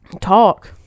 talk